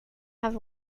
have